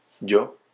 Yo